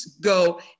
go